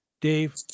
Dave